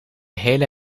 hele